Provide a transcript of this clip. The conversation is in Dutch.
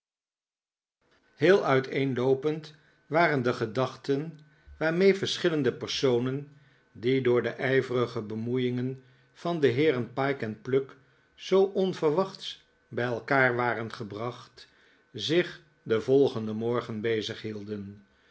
heel uiteenloopend waren de gedachten waarmee verschillende personen die door de ijverige bemoeiingen van de heeren pyke en pluck zoo onverwachts bij elkaar waren gebracht zich den volgenden morgen